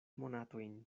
monatojn